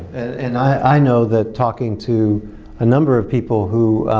and i know that talking to a number of people who